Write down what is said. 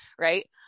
right